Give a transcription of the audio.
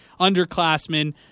underclassmen